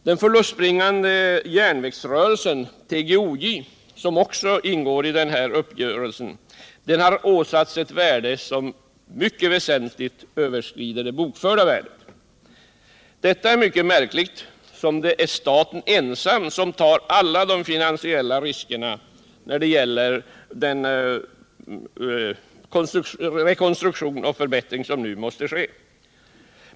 Den förlustbringande järnvägsrörelsen TGOJ, som också ingår i uppgörelsen, har åsatts ett värde som vida överstiger det bokförda värdet. Detta är så mycket märkligare som det är staten ensam som tar alla finansiella risker när det gäller den rekonstruktion och förbättring som nu måste ske.